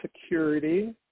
security